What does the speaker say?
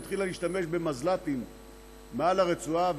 התחילה להשתמש במזל"טים מעל הרצועה,